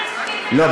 לא,